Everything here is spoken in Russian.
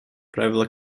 правило